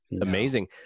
amazing